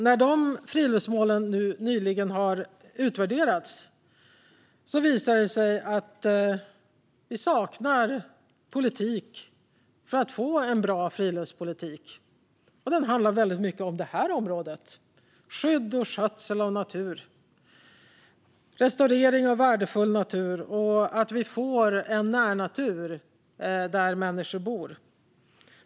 När målen nyligen utvärderades visade det sig att vi saknar en politik för att få en bra friluftspolitik. Det handlar mycket om området skydd och skötsel av natur, om restaurering av värdefull natur och om att vi får en närnatur där människor bor.